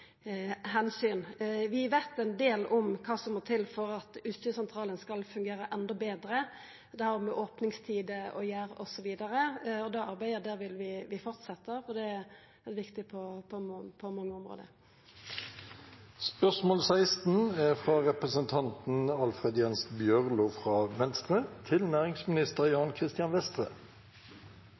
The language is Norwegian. Vi veit ein del om kva som må til for at utstyrssentralane skal fungera endå betre. Det har med opningstider å gjera, osv. Det arbeidet vil vi fortsetja, for det er viktig på